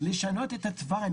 לשנות את התוואי,